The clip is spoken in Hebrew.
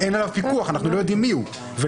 אין לנו זמן, לצערי.